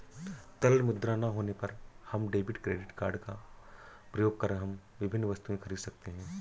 तरल मुद्रा ना होने पर हम डेबिट क्रेडिट कार्ड का प्रयोग कर हम विभिन्न वस्तुएँ खरीद सकते हैं